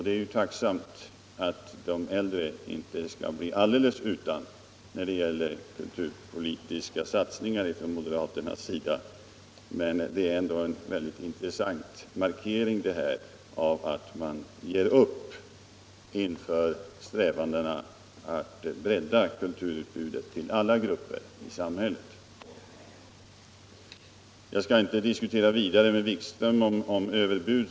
Det är ju tacknämligt att de äldre inte skall bli alldeles utan kulturpolitiska satsningar från moderaternas sida. Men detta är ändå en intressant markering av att man ger upp inför strävanden att bredda kulturutbudet till alla grupper i samhället. Jag skall inte diskutera vidare med herr Wikström om överbud.